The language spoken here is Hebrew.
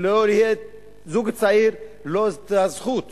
ולא יהיה זוג צעיר שלא תהיה לו הזכות